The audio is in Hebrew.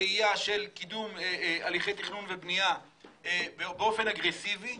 ראייה של קידום הליכי תכנון ובנייה באופן אגרסיבי,